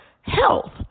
health